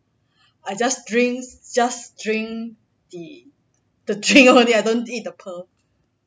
I just drinks just drink the the drink only I don't eat the pearl